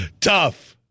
Tough